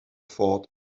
thought